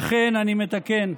ואכן, אני מתקן,